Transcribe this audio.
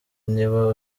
niba